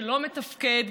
שלא מתפקד,